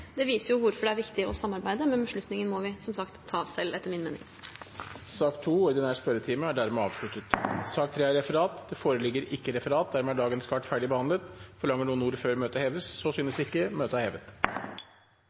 Det viser hvorfor det er viktig å samarbeide, men beslutningen må vi, som sagt, etter min mening ta selv. Dette spørsmålet, fra Marius Arion Nilsen til olje- og energiministeren, er utsatt til neste spørretime. Det foreligger ikke noe referat. Forlanger noen ordet før møtet heves? – Møtet er hevet.